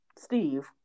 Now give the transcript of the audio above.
steve